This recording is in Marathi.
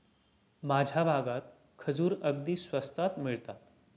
माझ्या भागात खजूर अगदी स्वस्तात मिळतात